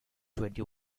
twenty